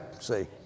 See